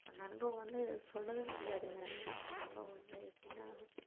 அந்த அனுபவம் வந்து சொல்லவே முடியாதுங்க அந்த அனுபவம் வந்து எப்படின்னா